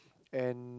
and